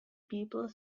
people